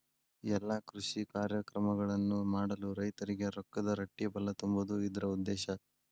ಎಲ್ಲಾ ಕೃಷಿ ಕಾರ್ಯಕ್ರಮಗಳನ್ನು ಮಾಡಲು ರೈತರಿಗೆ ರೊಕ್ಕದ ರಟ್ಟಿಬಲಾ ತುಂಬುದು ಇದ್ರ ಉದ್ದೇಶ